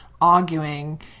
arguing